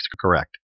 correct